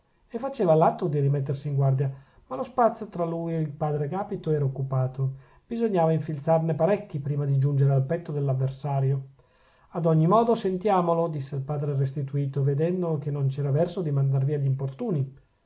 e faceva l'atto di rimettersi in guardia ma lo spazio tra lui e il padre agapito era occupato bisognava infilzarne parecchi prima di giungere al petto dell'avversario ad ogni modo sentiamolo disse il padre restituto vedendo che non c'era verso di mandar via